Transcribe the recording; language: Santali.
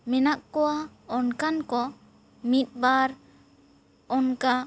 ᱢᱮᱱᱟᱜ ᱠᱚᱣᱟ ᱚᱱᱠᱟᱱ ᱠᱚ ᱢᱤᱫ ᱵᱟᱨ ᱚᱱᱠᱟ